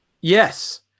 Yes